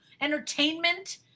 entertainment